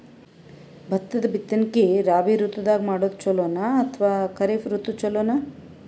ಭತ್ತದ ಬಿತ್ತನಕಿ ರಾಬಿ ಋತು ದಾಗ ಮಾಡೋದು ಚಲೋನ ಅಥವಾ ಖರೀಫ್ ಋತು ಚಲೋನ?